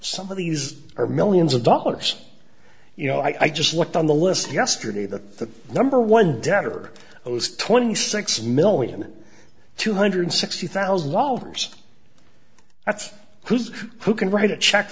some of these are millions of dollars you know i just looked on the list yesterday that the number one debtor owes twenty six million two hundred sixty thousand dollars that's who's who can write a check